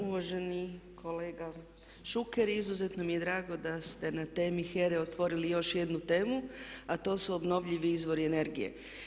Uvaženi kolega Šuker, izuzetno mi je drago da ste na temi HERA-e otvorili još jednu temu a to su obnovljivi izvori energije.